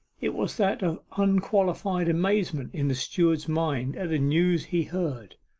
it was that of unqualified amazement in the steward's mind at the news he heard.